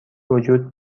وجود